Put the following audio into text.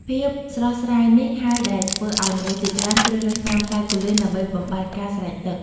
ភាពស្រស់ស្រាយនេះហើយដែលធ្វើឲ្យមនុស្សជាច្រើនជ្រើសរើសញ៉ាំផ្លែគូលែនដើម្បីបំបាត់ការស្រេកទឹក។